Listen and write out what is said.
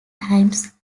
times